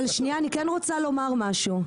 אבל שנייה אני כן רוצה לומר משהו,